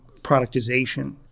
productization